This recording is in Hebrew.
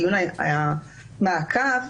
דיון המעקב,